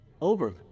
Over